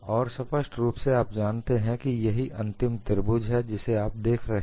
और स्पष्ट रूप से आप जानते हैं कि यही अंतिम त्रिभुज है जिस पर आप देख रहे हैं